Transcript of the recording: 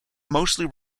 mostly